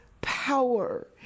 power